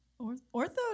Ortho